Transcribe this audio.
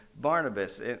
Barnabas